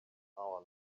hour